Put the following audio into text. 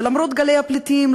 כשלמרות גלי הפליטים,